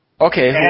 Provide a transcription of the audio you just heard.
Okay